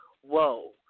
whoa